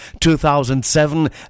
2007